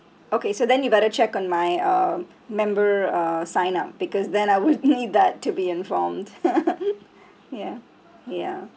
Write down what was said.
okay so then you better check on my um member uh sign up because then I would need that to be informed ya ya